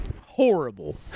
Horrible